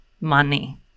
money